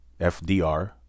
FDR